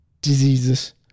diseases